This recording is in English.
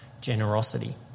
generosity